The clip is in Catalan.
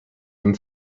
hem